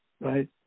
right